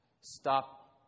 stop